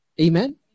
Amen